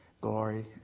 Glory